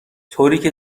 طوریکه